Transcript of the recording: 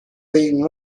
being